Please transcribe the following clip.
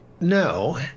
No